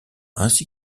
ainsi